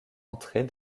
entrés